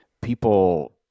people